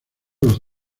los